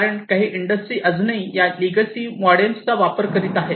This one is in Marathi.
कारण काही इंडस्ट्री अजूनही या लेगसी मॉडेम्सचा वापर करीत आहेत